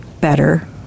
better